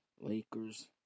Lakers